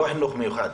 לא חינוך מיוחד,